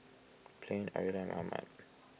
Blane Aurilla and Mohammed